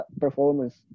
performance